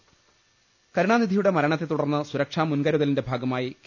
ലലലലലലലലലലലലല കരുണാനിധിയുടെ മരണത്തെ തുടർന്ന് സുരക്ഷാമുൻകരുതലിന്റെ ഭാഗമായി കെ